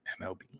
MLB